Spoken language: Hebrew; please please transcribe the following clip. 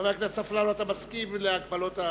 חבר הכנסת אפללו, אתה מסכים להגבלות?